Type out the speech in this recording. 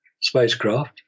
spacecraft